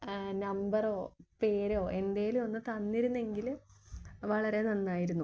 നമ്പറോ പേരോ എന്തെങ്കിലും ഒന്ന് തന്നിരുന്നെങ്കിൽ വളരെ നന്നായിരുന്നു